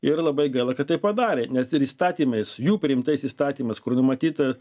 ir labai gaila kad taip padarė nes ir įstatymais jų priimtais įstatymais kur numatyta